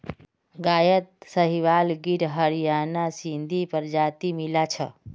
गायत साहीवाल गिर हरियाणा सिंधी प्रजाति मिला छ